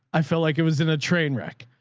i felt like it was in a train wreck.